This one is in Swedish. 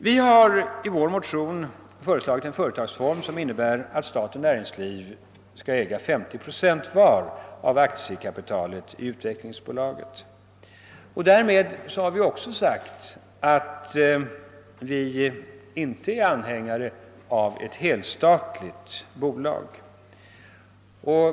Vi har i vår motion föreslagit en företagsform som innebär, att stat och näringsliv skall äga 50 procent var av aktiekapitalet i utvecklingsbolaget. Därmed har vi också sagt att vi inte är anhängare av ett helstatligt bolag.